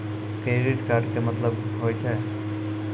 Credit card के मतलब होय छै?